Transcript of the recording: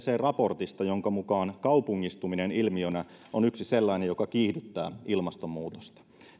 raportista jonka mukaan kaupungistuminen ilmiönä on yksi sellainen joka kiihdyttää ilmastonmuutosta